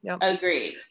Agreed